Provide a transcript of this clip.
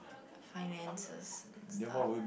finances stuff